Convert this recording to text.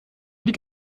die